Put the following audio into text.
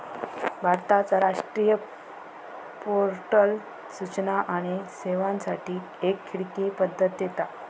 भारताचा राष्ट्रीय पोर्टल सूचना आणि सेवांसाठी एक खिडकी पद्धत देता